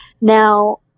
Now